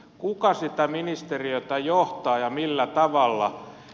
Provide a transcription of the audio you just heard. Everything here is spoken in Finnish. kuka sitä ministeriötä johtaa ja millä tavalla